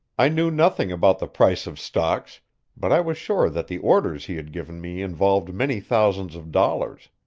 i knew nothing about the price of stocks but i was sure that the orders he had given me involved many thousands of dollars.